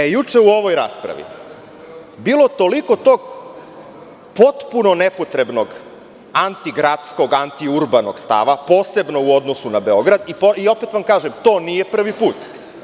Juče je u ovoj raspravi bilo toliko tog potpuno nepotrebnog anti - gradskog, anti - urbanog stava, posebno u odnosu na Beograd, i opet vam kažem, to nije prvi put.